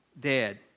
Dead